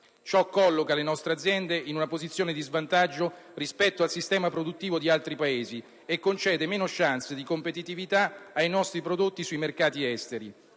Ciò colloca le nostre aziende in una posizione di svantaggio rispetto al sistema produttivo di altri Paesi e concede meno *chance* di competitività ai nostri prodotti sui mercati esteri.